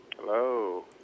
Hello